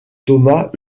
thomas